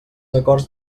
acords